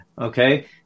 okay